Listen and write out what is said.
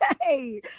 Hey